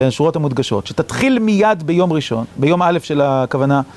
השורות המודגשות, שתתחיל מיד ביום ראשון, ביום א' של... הכוונה...